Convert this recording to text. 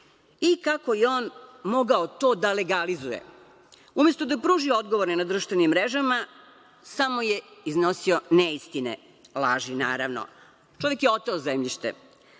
i kako je on mogao to da legalizuje. Umesto da pruži odgovore na društvenim mrežama, samo je iznosio neistine, laži, naravno. Čovek je oteo zemljište.